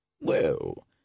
Well